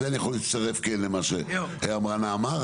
זה אני יכול להצטרף כן למה שאמרה נעמה.